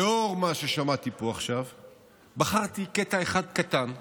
לאור מה ששמעתי פה עכשיו בחרתי קטע אחד קטן שבו,